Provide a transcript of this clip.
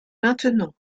maintenon